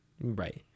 right